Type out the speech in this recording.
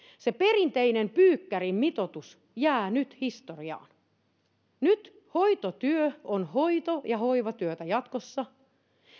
se perinteinen pyykkärin mitoitus jää nyt historiaan nyt hoitotyö on hoito ja hoivatyötä jatkossa